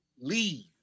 leave